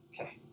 Okay